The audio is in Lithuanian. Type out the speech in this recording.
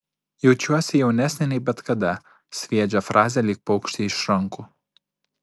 jaučiuosi jaunesnė nei bet kada sviedžia frazę lyg paukštį iš rankų